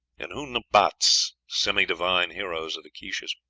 in hu-nbatz, semi-divine heroes of the quiches.